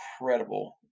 incredible